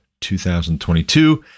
2022